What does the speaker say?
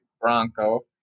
Bronco